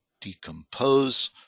decompose